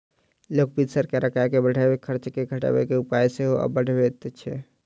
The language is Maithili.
लोक वित्त सरकारक आय के बढ़बय आ खर्च के घटबय के उपाय सेहो बतबैत छै